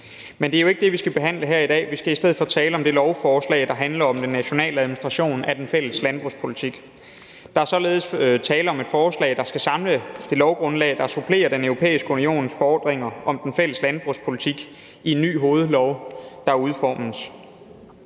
Men det er jo ikke det, vi skal behandle her i dag; vi skal i stedet for tale om det lovforslag, der handler om den nationale administration af den fælles landbrugspolitik. Der er således tale om et forslag, der skal samle det lovgrundlag, der supplerer Den Europæiske Unions forordninger om den fælles landbrugspolitik i en ny hovedlov, der udformes.